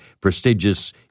prestigious